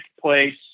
place